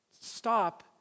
stop